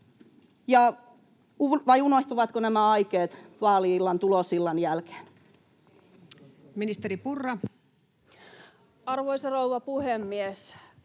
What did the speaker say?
vai unohtuivatko nämä aikeet vaali-illan, tulosillan jälkeen? Ministeri Purra. Arvoisa rouva puhemies!